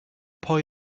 pwy